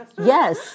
Yes